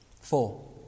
Four